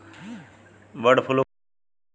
Bird flu का रोग होखे?